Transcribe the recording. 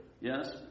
yes